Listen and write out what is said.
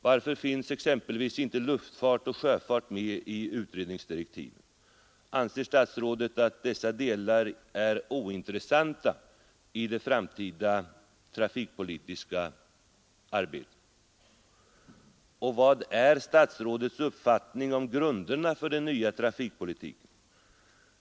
Varför finns exempelvis inte luftfart och sjöfart med i utredningsdirektiven? Anser statsrådet att dessa delar är ointressanta i det framtida trafikpolitiska arbetet? Och vad är statsrådets uppfattning om grunderna för den nya trafikpolitiken?